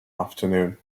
afternoon